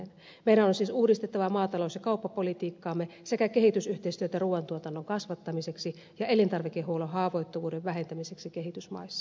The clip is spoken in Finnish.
meidän on siis uudistettava maatalous ja kauppapolitiikkaamme sekä kehitysyhteistyötä ruuan tuotannon kasvattamiseksi ja elintarvikehuollon haavoittuvuuden vähentämiseksi kehitysmaissa